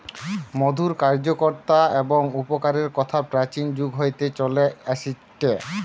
মধুর কার্যকতা এবং উপকারের কথা প্রাচীন যুগ হইতে চলে আসেটে